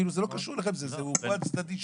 כאילו זה לא קשור אליכם, הוא פועל צדדי.